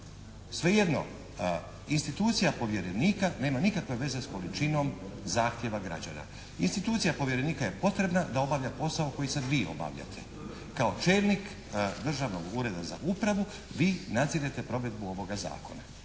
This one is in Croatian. sve jedno, institucija povjerenika nema nikakve veze s količinom zahtjeva građana. Institucija povjerenika je potrebna da obavlja posao koji sada vi obavljate kao čelnik državnog ureda za upravu vi nadzirete provedbu ovoga zakona.